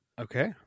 Okay